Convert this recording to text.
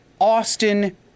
Austin